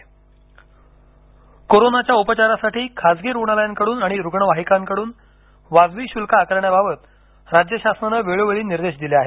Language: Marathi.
भरारी पथकं कोरोनाच्या उपचारासाठी खासगी रुग्णालयांकडून आणि रुग्णवाहिकांकडून वाजवी शुल्क आकारण्याबाबत राज्य शासनाने वेळोवेळी निर्देश दिले आहेत